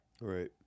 Right